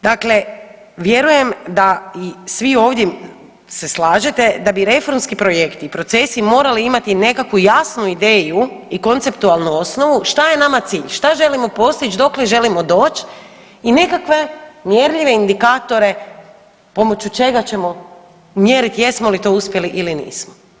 Dakle, vjerujem da i svi ovdje se slažete da bi reformski projekti i procesi morali imati nekakvu jasnu ideju i konceptualnu osnovu šta je nama cilj, šta želimo postić, dokle želimo doć i nekakve mjerljive indikatore pomoću čega ćemo mjerit jesmo li to uspjeli ili nismo.